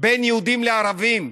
בין יהודים לערבים.